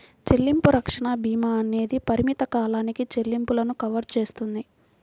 చెల్లింపు రక్షణ భీమా అనేది పరిమిత కాలానికి చెల్లింపులను కవర్ చేస్తుంది